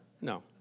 No